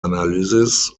analysis